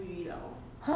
orh okay